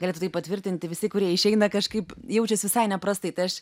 galėtų tai patvirtinti visi kurie išeina kažkaip jaučias visai neprastai tai aš